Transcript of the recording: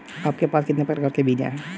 आपके पास कितने प्रकार के बीज हैं?